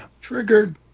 Triggered